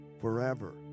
forever